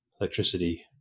electricity